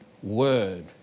Word